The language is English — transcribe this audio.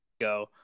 Go